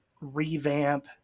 revamp